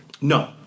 No